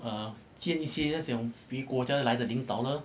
err 见一些那种别的国家来的领导呢